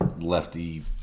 lefty